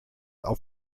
auf